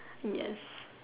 yes